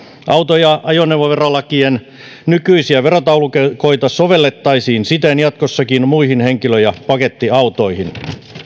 auto ja ajoneuvoverolakien nykyisiä verotaulukoita sovellettaisiin siten jatkossakin muihin henkilö ja pakettiautoihin